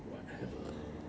whatever